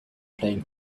playing